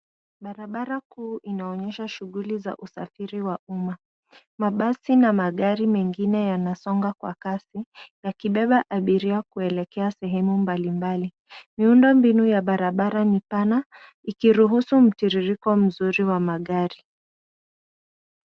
Barabara kuu inaonyesha shughuli ya usafiri wa umma. Mabasi na magari mengine yanasonga kwa kasi yakibeba abiria kuelekea sehemu mbali mbali. Miundo mbinu ya barabara ni pana iliruhusu mtiririko mzuri wa magari.